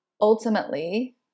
ultimately